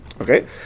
Okay